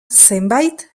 zenbait